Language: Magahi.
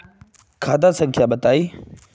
खाता संख्या बताई?